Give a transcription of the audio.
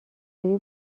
جوری